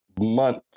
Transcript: month